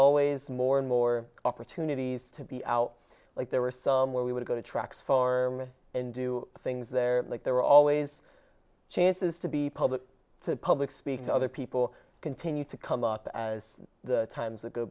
always more and more opportunities to be out like there were some where we would go to tracks farm and do things there like there were always chances to be public to public speaking to other people continue to come up as the times that go